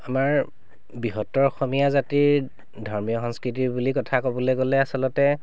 আমাৰ বৃহত্তৰ অসমীয়া জাতিৰ ধৰ্মীয় সংস্কৃতিৰ বুলি কথা ক'বলৈ গ'লে আচলতে